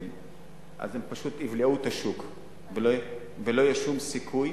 הם יבלעו את השוק ולא יהיה שום סיכוי